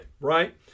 right